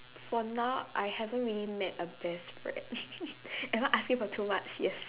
for now I haven't really met a best friend am I asking for too much yes